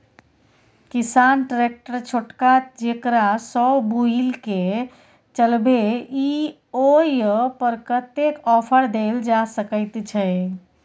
किसान ट्रैक्टर छोटका जेकरा सौ बुईल के चलबे इ ओय पर कतेक ऑफर दैल जा सकेत छै?